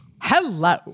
Hello